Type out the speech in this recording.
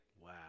Wow